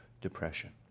depression